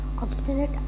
obstinate